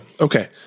Okay